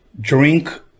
drink